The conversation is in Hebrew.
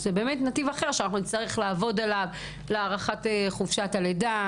זה באמת נתיב אחר שאנחנו נצטרך לעבוד עליו לארכת חופשת הלידה,